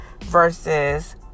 Versus